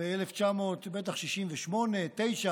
בטח ב-1969-1968